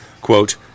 quote